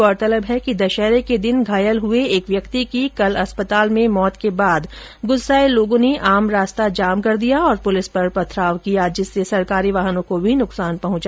गौरतलब है कि दशहरे के दिन घायल हुए एक व्यक्ति की कल अस्पताल में मौत होने के बाद गुस्साए लोगों ने आम रास्ता जाम कर दिया और पुलिस पर पथराव किया जिससे सरकारी वाहनों को भी नुकसान हुआ